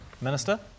Minister